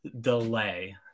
DeLay